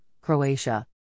Croatia